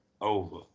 over